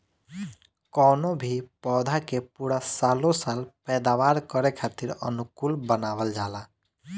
कवनो भी पौधा के पूरा सालो साल पैदावार करे खातीर अनुकूल बनावल जाला